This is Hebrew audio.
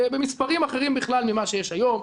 אבל מספרים אחרים בכלל ממה שיש היום.